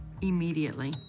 immediately